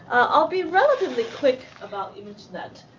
i'll be relatively quick about imagenet.